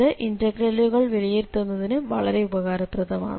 ഇത് ഇന്റഗ്രലുകൾ വിലയിരുത്തുന്നതിനു വളരെ ഉപകാരപ്രദമാണ്